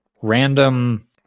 random